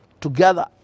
together